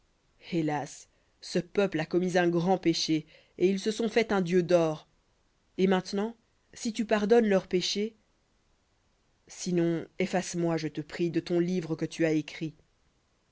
hélas ce peuple a commis un grand péché et ils se sont fait un dieu dor et maintenant si tu pardonnes leur péché sinon efface moi je te prie de ton livre que tu as écrit